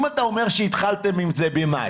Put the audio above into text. אם אתה אומר שהתחלתם עם זה במאי,